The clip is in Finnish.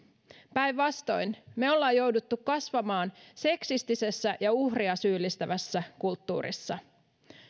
päinvastoin me olemme joutuneet kasvamaan seksistisessä ja uhria syyllistävässä kulttuurissa